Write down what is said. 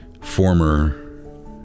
former